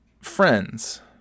friends